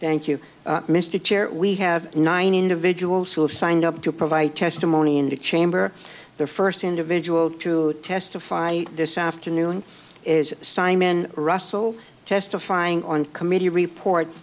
thank you mr chair we have nine individuals who have signed up to provide testimony in the chamber the first individuals to testify this afternoon is simon russell testifying on committee report